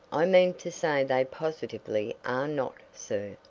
i mean to say they positively are not, sir,